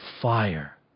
fire